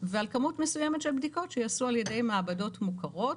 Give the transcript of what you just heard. ועל כמות מסוימת של בדיקות שייעשו על ידי מעבדות מוכרות,